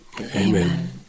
Amen